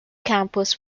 campus